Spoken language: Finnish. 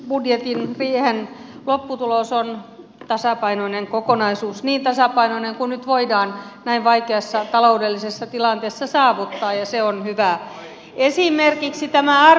tämä kehysriihen lopputulos on tasapainoinen kokonaisuus niin tasapainoinen kuin nyt voidaan näin vaikeassa taloudellisessa tilanteessa saavuttaa ja se on hyvä